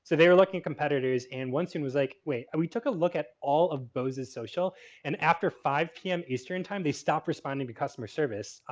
they were looking competitors and one soon was like, wait. we took a look at all of boses social and after five p m. eastern time they stopped responding to customer service.